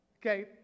Okay